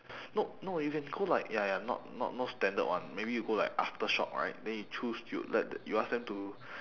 no no you can go like ya ya not not not standard one maybe you go like aftershock right then you choose you let the you ask them to